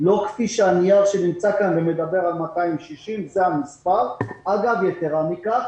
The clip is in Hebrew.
לא כמו הנייר שנמצא כאן שמדבר על 260. יתרה מכך,